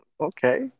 Okay